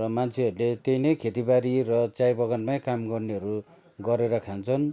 र मान्छेहरूले त्यही नै खेतीबारी र चाय बगानमाई काम गर्नेहरू गरेर खान्छन्